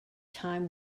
time